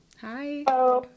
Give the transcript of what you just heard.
Hi